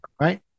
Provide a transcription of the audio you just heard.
Right